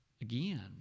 Again